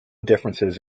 differences